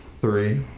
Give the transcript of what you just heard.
three